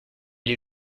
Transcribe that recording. lit